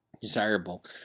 desirable